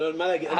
מה להגיד?